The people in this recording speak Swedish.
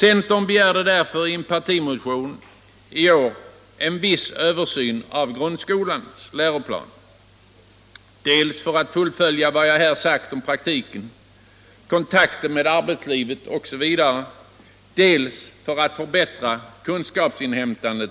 Centern föreslår därför i en partimotion i år en viss översyn av grundskolans läroplan. Dels vill vi fullfölja vad jag här sagt om praktiken, kontakten med arbetslivet osv., och dels vill vi förbättra kunskapsinhämtandet